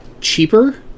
cheaper